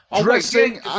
Dressing